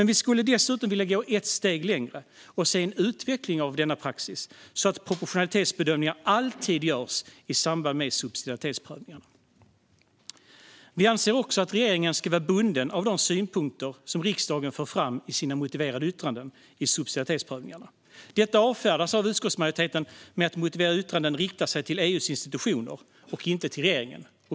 Vi vill dessutom gå ett steg längre och se en utveckling av denna praxis så att proportionalitetsbedömningar alltid görs i samband med subsidiaritetsprövningarna. Vi anser också att regeringen ska vara bunden av de synpunkter som riksdagen för fram i sina motiverade yttranden i subsidiaritetsprövningarna. Detta avfärdas av utskottsmajoriteten med att motiverade yttranden riktar sig till EU:s institutioner och inte till regeringen.